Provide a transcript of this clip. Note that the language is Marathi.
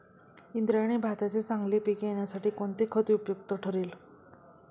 इंद्रायणी भाताचे चांगले पीक येण्यासाठी कोणते खत उपयुक्त ठरेल?